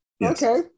okay